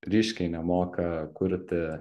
ryškiai nemoka kurti